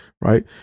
Right